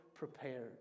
prepared